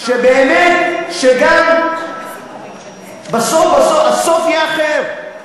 שבאמת, שגם בסוף, הסוף יהיה אחר.